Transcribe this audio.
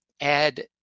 add